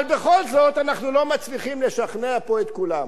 אבל בכל זאת אנחנו לא מצליחים לשכנע פה את כולם.